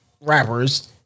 rappers